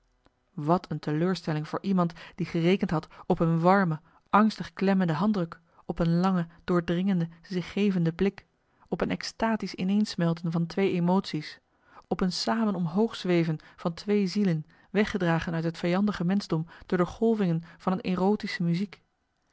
wat een teleurstelling voor iemand die gerekend had op een warme angstig klemmende handdruk op een lange doordringende zich gevende blik op een exstatisch ineensmelten van twee emotie's op een samen omhoog zweven van twee zielen weggedragen uit het vijandige menschdom door de golvingen van een erotische muziek